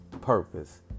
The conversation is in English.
purpose